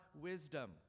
wisdom